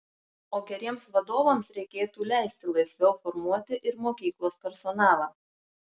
o geriems vadovams reikėtų leisti laisviau formuoti ir mokyklos personalą